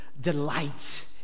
delight